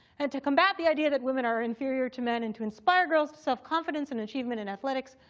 and to combat the idea that women are inferior to men, and to inspire girls to self-confidence and achievement in athletics,